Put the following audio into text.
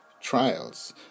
trials